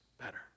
better